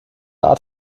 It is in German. art